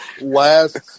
last